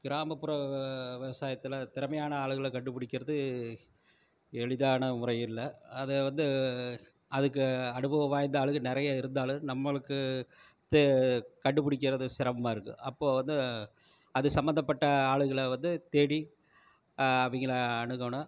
கிராமப்புற விவசாயத்தில் திறமையான ஆளுகளை கண்டுபுடிக்கிறது எளிதான முறையில்லை அதை வந்து அதுக்கு அனுபவம் வாய்ந்த ஆளுங்க நிறைய இருந்தாலும் நம்மளுக்கு கண்டுபுடிக்கிறது சிரமமா இருக்குது அப்போது வந்து அது சம்மந்தப்பட்ட ஆளுங்களை வந்து தேடி அவங்கள அணுகணும்